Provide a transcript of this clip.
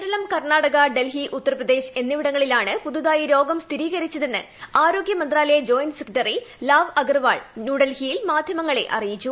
കേരളം കർണാടക ഡൽഹി ഉത്തർപ്രദേശ് എന്നിവിടങ്ങളിലാണ് പുതുതായി രോഗം സ്ഥിരീകരിച്ചതെന്ന് ആരോഗ്യമന്ത്രാലയ ജോയിന്റ് സെക്രട്ടറി ലവ് അഗർവാൾ ഡൽഹിയിൽ മാധ്യമങ്ങളെ അറിയിച്ചു